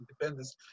independence